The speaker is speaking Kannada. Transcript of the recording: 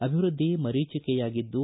ಅಭಿವೃದ್ದಿ ಮರೀಚಿಕೆಯಾಗಿದ್ದು